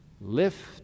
Lift